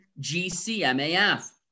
GCMAF